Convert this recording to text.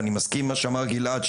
ואני מסכים עם מה שאמר גילעד,